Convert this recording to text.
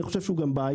אני חושב שהוא גם בעיה,